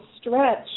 stretch